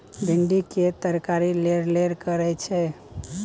भिंडी केर तरकारी लेरलेर करय छै